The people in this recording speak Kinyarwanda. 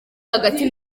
hagati